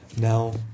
Now